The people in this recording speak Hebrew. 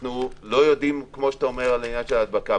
אנחנו לא יודעים על העניין של ההדבקה,